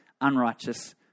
unrighteous